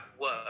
Work